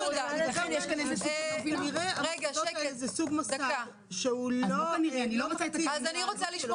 כנראה המוסדות האלה הם סוג נוסף --- יש צו